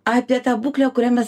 apie tą būklę kurią mes